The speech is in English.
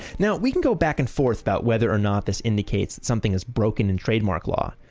now, we can go back and forth about whether or not this indicates something is broken in trademark law.